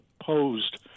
opposed